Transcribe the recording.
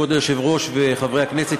כבוד היושב-ראש וחברי הכנסת,